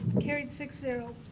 carried six zero.